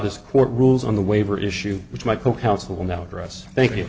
this court rules on the waiver issue which my co counsel now dress thank you